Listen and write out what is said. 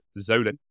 Zolin